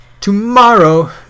Tomorrow